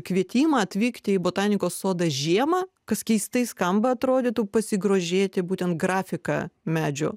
kvietimą atvykti į botanikos sodą žiemą kas keistai skamba atrodytų pasigrožėti būtent grafika medžių